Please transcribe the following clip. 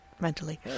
mentally